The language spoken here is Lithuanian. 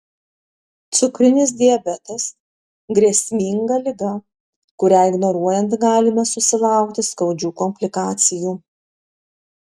cukrinis diabetas grėsminga liga kurią ignoruojant galime susilaukti skaudžių komplikacijų